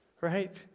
Right